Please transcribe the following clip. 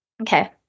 Okay